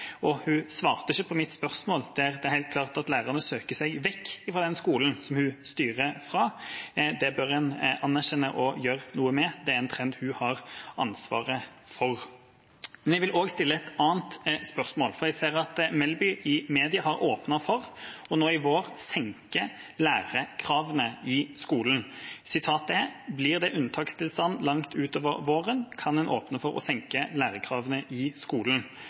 svarte ikke på mitt spørsmål. Det er helt klart at lærerne søker seg vekk fra den skolen som hun styrer. Det bør en anerkjenne og gjøre noe med – det er en trend hun har ansvaret for. Men jeg vil også stille et annet spørsmål. Jeg ser at Melby i media har åpnet for å senke lærekravene i skolen nå i vår: Blir det unntakstilstand langt utover våren, kan en åpne for å senke lærekravene i skolen.